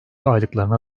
aylıklarına